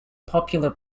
popular